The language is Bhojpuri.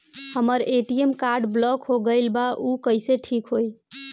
हमर ए.टी.एम कार्ड ब्लॉक हो गईल बा ऊ कईसे ठिक होई?